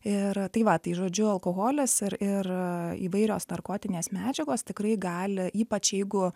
ir tai va tai žodžiu alkoholis ir ir įvairios narkotinės medžiagos tikrai gali ypač jeigu